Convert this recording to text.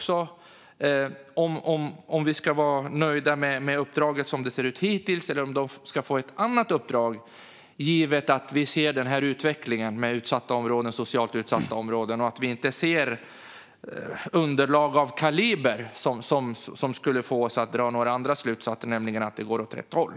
Ska vi vara nöjda med uppdraget som det ser ut hittills, eller ska de få ett annat uppdrag? Vi ser ju den här utvecklingen i socialt utsatta områden i stället för underlag av en kaliber som skulle få oss att dra andra slutsatser, nämligen att det går åt rätt håll.